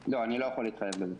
לא, אני לא יכול להתחייב לזה.